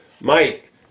Mike